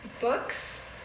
Books